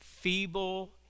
feeble